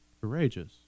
courageous